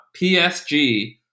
PSG